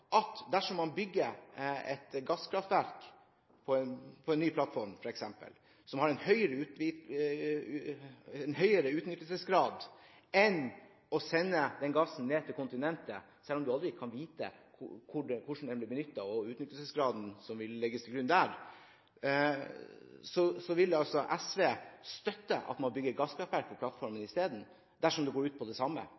at dersom man bygger et gasskraftverk på en ny plattform, f.eks., som har høyere utnyttelsesgrad enn det en får ved å sende gassen til kontinentet – selv om en aldri kan vite hvordan den blir benyttet, eller hvilken utnyttelsesgrad den får der – vil SV støtte at man bygger gasskraftverk på plattformen